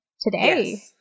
Today